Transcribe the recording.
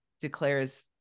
declares